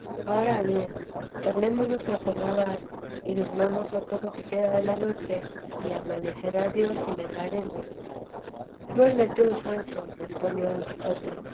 ahora bien tornémonos a acomodar y durmamos lo poco que queda de la noche y amanecerá dios y medraremos duerme tú sancho respondió don quijote